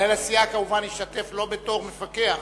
מנהל הסיעה כמובן ישתתף לא בתור מפקח